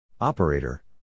Operator